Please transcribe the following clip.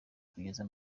kugeza